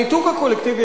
הניתוק הקולקטיבי,